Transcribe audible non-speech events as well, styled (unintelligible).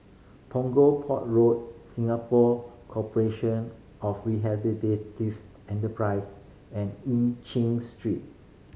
Punggol Port Road Singapore Corporation of (unintelligible) Enterprise and E Chin Street